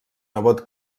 nebot